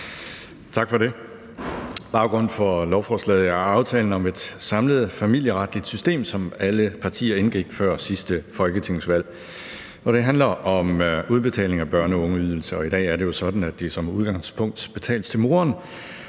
Tak for det. Baggrunden for lovforslaget er aftalen om et samlet familieretligt system, som alle partier indgik før sidste folketingsvalg, og det handler om udbetaling af børne- og ungeydelser. I dag er det jo sådan, at de som udgangspunkt betales til moren,